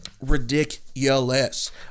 ridiculous